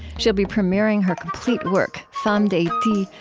she'll be premiering her complete work, fanm d'ayiti,